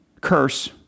Curse